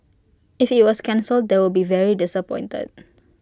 if IT was cancelled they would be very disappointed